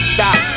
Stop